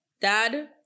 dad